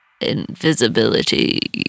Invisibility